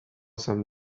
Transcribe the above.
some